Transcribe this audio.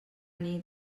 nit